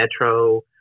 metro